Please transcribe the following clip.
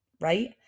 right